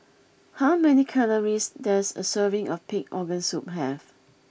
how many calories does a serving of Pig Organ Soup have